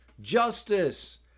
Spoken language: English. Justice